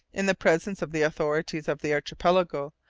in the presence of the authorities of the archipelago,